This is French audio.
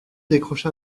décrocha